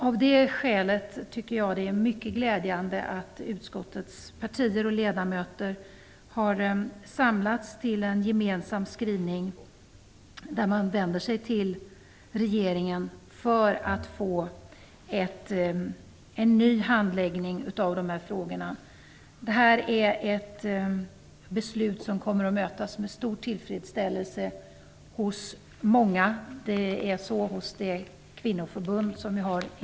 Av det skälet tycker jag att det är mycket glädjande att utskottets partier och ledamöter har samlats till en gemensam skrivning som vänder sig till regeringen för en ny handläggning av dessa frågor. Beslutet kommer att mötas med stor tillfredsställelse av många, bl.a. mitt partis kvinnoförbund.